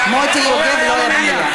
מוטי יוגב לא היה במליאה.